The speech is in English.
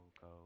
go